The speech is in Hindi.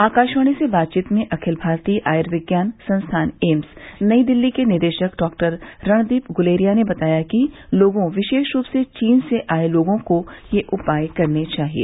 आकाशवाणी से बातचीत में अखिल भारतीय आयुर्विज्ञान संस्थान एम्स नई दिल्ली के निदेशक डॉक्टर रणदीप गुलेरिया ने बताया कि लोगों विशेष रूप से चीन से आए लोगों को ये उपाए करने चाहिए